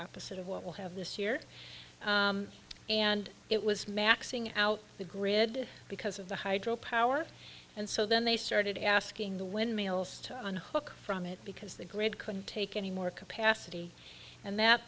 opposite of what we'll have this year and it was maxing out the grid because of the hydro power and so then they started asking the windmills to unhook from it because the grid couldn't take any more capacity and that